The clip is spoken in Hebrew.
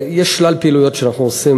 יש שלל פעילויות שאנחנו עושים,